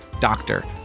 doctor